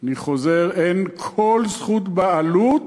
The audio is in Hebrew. אני חוזר: אין כל זכות בעלות